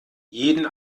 jeden